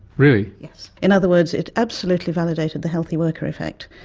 really? yes. in other words, it absolutely validated the healthy worker effect.